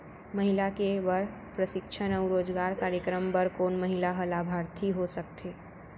महिला के बर प्रशिक्षण अऊ रोजगार कार्यक्रम बर कोन महिला ह लाभार्थी हो सकथे?